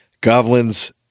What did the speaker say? Goblin's